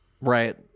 right